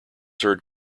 heard